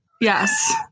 yes